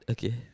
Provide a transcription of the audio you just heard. Okay